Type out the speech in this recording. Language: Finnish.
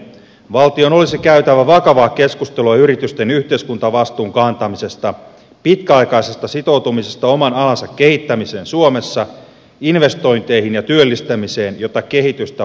valtion olisi käytävä vakavaa keskustelua yritysten yhteiskuntavastuun kantamisesta pitkäaikaisesta sitoutumisesta oman alansa kehittämiseen suomessa investointeihin ja työllistämiseen jota kehitystä valtio tukisi